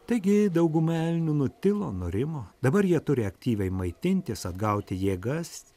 taigi dauguma elnių nutilo nurimo dabar jie turi aktyviai maitintis atgauti jėgas